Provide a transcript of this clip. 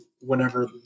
whenever